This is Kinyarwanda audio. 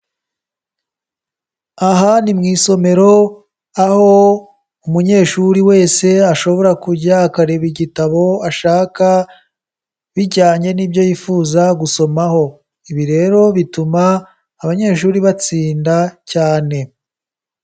Aha ni mu isomero, aho umunyeshuri wese ashobora kujya akareba igitabo ashaka, bijyanye n'ibyo yifuza gusomaho. Ibi rero bituma, abanyeshuri batsinda cyane.